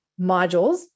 modules